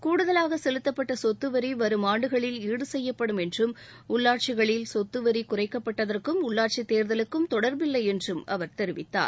கூடுதலாக செலுத்தப்பட்ட சொத்து வரி வரும் ஆண்டுகளில் ஈடு செய்யப்படும் என்றும் உள்ளாட்சிகளில் சொத்து வரி குறைக்கப்பட்டதற்கும் உள்ளாட்சித் தேர்தலுக்கும் தொடர்பில்லை என்றும் அவர் தெரிவித்தார்